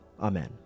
Amen